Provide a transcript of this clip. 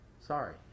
Sorry